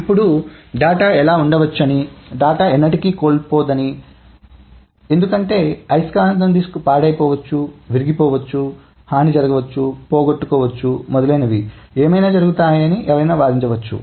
ఇప్పుడు డేటా ఎలా ఉండవచ్చని డేటా ఎన్నటికీ కోల్పోదని ఎందుకంటే అయస్కాంత డిస్క్ పాడైపోవచ్చు విరిగిపోవచ్చు హాని జరగవచ్చు పోగొట్టుకోవచ్చు మొదలైనవి ఏమి జరుగుతాయని ఎవరైనా వాదించవచ్చు